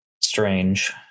strange